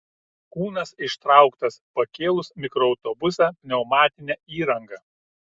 kūnas ištrauktas pakėlus mikroautobusą pneumatine įranga